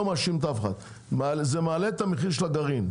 מאשים אף אחד זה מעלה את המחיר של הגרעין.